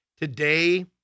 Today